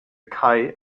kai